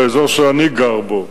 באזור שאני גר בו,